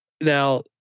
Now